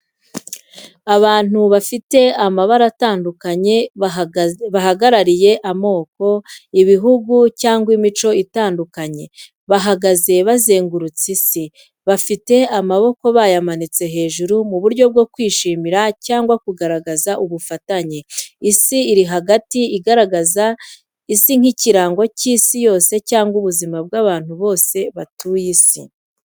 Abantu bafite amabara atandukanye bahagarariye amoko, ibihugu cyangwa imico itandukanye bahagaze bazengurutse isi, bafite amaboko bayamanitse hejuru mu buryo bwo kwishimira cyangwa kugaragaza ubufatanye. Isi iri hagati igaragaza isi nk’ikirango cy’isi yose cyangwa ubuzima bw’abantu bose batuye isi.